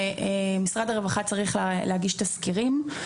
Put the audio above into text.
שמשרד הרווחה צריך להגיש תסקירים,